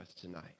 tonight